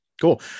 cool